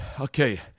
Okay